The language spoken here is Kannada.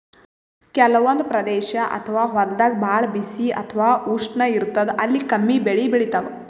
ಕೆಲವಂದ್ ಪ್ರದೇಶ್ ಅಥವಾ ಹೊಲ್ದಾಗ ಭಾಳ್ ಬಿಸಿ ಅಥವಾ ಉಷ್ಣ ಇರ್ತದ್ ಅಲ್ಲಿ ಕಮ್ಮಿ ಬೆಳಿ ಬೆಳಿತಾವ್